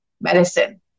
medicine